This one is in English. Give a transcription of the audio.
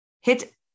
hit